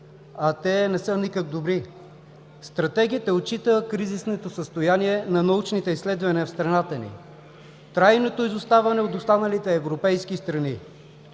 а те не са никак добри. Стратегията отчита кризисното състояние на научните изследвания в страната ни, трайното изоставане от останалите европейски страни.